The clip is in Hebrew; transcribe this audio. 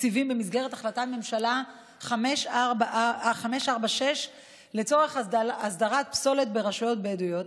במסגרת החלטת ממשלה 546 לצורך הסדרת פסולת ברשויות הבדואיות